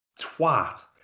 twat